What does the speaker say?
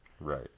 Right